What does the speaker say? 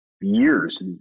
years